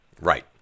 Right